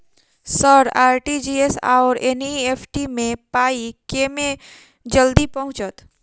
RTGS आओर NEFT मे पाई केँ मे जल्दी पहुँचत?